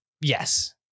Yes